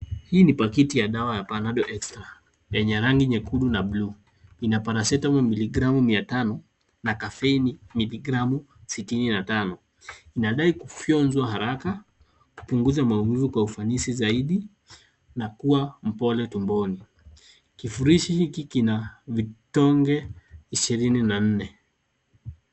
Hii ni pakiti ya dawa ya Panadol Extra lenye rangi nyekundu na bluu. Ina Paracetamol miligramu 500 na caffeine miligramu 65. Inadai kufyonzwa haraka ikipunguza maumivu kwa ufanisi zaidi na kuwa mpole tumboni. Kifurushi hiki kina vidonge 24.